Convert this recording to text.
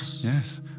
Yes